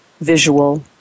visual